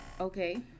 Okay